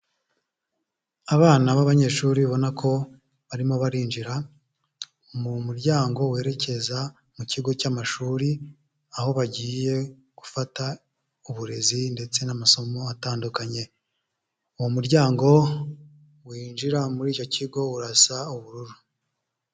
Abana b'abanyeshuri ubona ko barimo barinjira mu muryango werekeza mu kigo cy'amashuri aho bagiye gufata uburezi ndetse n'amasomo atandukanye, uwo muryango winjira muri icyo kigo urasa ubururu.